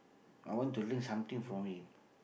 I want to learn something from him